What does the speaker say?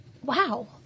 Wow